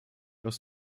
aus